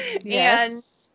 Yes